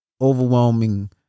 overwhelming